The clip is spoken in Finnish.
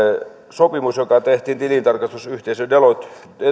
sopimus joka tehtiin tilintarkastusyhteisö deloitten